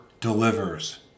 delivers